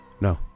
no